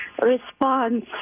response